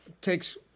takes